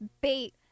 bait